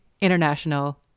international